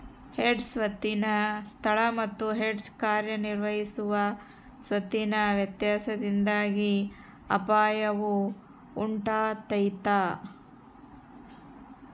hedge ಸ್ವತ್ತಿನ ಸ್ಥಳ ಮತ್ತು ಹೆಡ್ಜ್ ಕಾರ್ಯನಿರ್ವಹಿಸುವ ಸ್ವತ್ತಿನ ವ್ಯತ್ಯಾಸದಿಂದಾಗಿ ಅಪಾಯವು ಉಂಟಾತೈತ